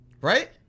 right